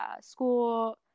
school